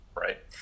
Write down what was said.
right